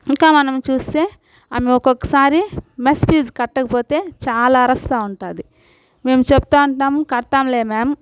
ఇంకా మనం ఆమె ఒక్కొక్కసారి మెస్ ఫీజ్ కట్టకపోతే చాలా అరుస్తూ ఉంటుంది మేము చెప్తూ ఉంటాము కడతాంలే మ్యామ్